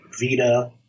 Vita